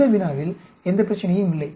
இந்த வினாவில் எந்த பிரச்சனையும் இல்லை